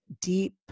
deep